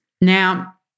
Now